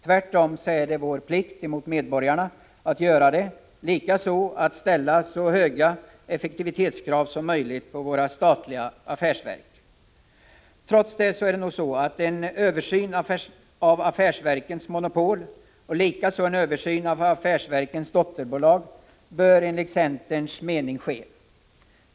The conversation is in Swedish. Tvärtom är det vår plikt mot medborgarna att göra det, likaså att ställa krav på så hög effektivitet som möjligt inom våra statliga affärsverk. En översyn av affärsverkens monopol och likaså en översyn av affärsverkens dotterbolag bör enligt centerns mening ske.